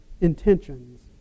intentions